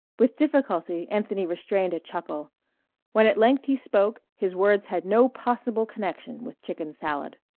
with difficulty anthony restrained a chuckle when at length he spoke his words had no possible connection with chicken salad.